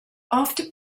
after